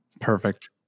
Perfect